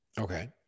okay